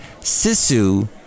Sisu